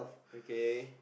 okay